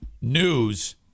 news